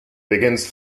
begins